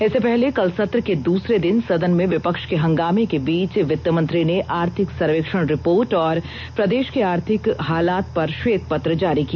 इससे पहले कल सत्र के दूसरे दिन सदन में विपक्ष के हंगामे के बीच वित्त मंत्री ने आर्थिक सर्वेक्षण रिपोर्ट और प्रदेष के आर्थिक हालात पर श्वेत पत्र जारी किया